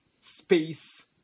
space